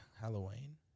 Halloween